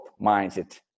mindset